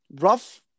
rough